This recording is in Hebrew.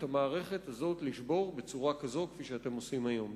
המערכת הזאת לשבור בצורה כזאת כפי שאתם עושים היום.